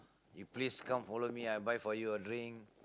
you please come follow me I buy for you a drink